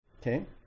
Okay